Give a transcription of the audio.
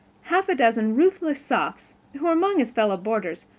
half a dozen ruthless sophs, who were among his fellow-boarders,